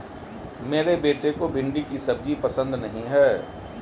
मेरे बेटे को भिंडी की सब्जी पसंद नहीं है